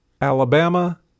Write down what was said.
Alabama